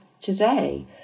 today